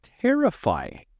terrifying